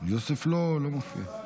יוסף לא מופיע,